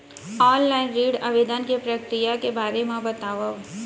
Online ऋण आवेदन के प्रक्रिया के बारे म बतावव?